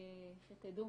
שתדעו,